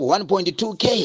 1.2k